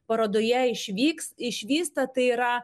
parodoje išvyks išvysta tai yra